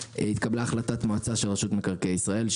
הוא שהתקבלה החלטת מועצה של רשות מקרקעי ישראל,